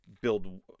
build